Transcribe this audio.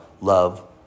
love